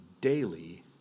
daily